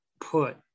put